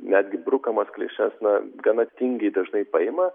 netgi brukamas klišes na gana tingiai dažnai paima